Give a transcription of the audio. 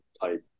type